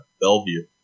Bellevue